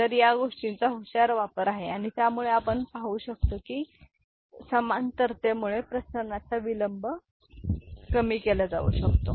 तर या गोष्टीचा हा हुशार वापर आहे आणि ज्यामुळे आपण हे पाहू शकतो की समांतरतेमुळे प्रसारणाचा विलंब कमी केला जाऊ शकतो